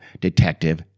detective